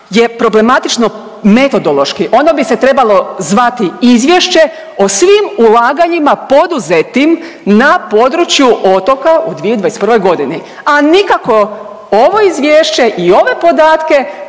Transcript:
je problematično metodološki, ono bi se trebalo zvati izvješće o svim ulaganjima poduzetim na području otoka u 2021.g., a nikako ovo izvješće i ove podatke